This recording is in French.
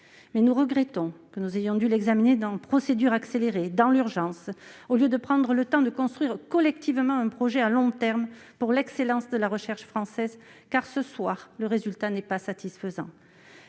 nous regrettons d'avoir été contraints d'examiner ce texte en procédure accélérée et dans l'urgence, au lieu de prendre le temps de construire collectivement un projet à long terme pour l'excellence de la recherche française, car, ce soir, le résultat n'est pas satisfaisant.